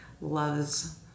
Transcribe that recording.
loves